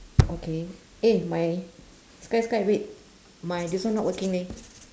okay eh my sky sky wait my this one not working leh